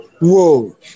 Whoa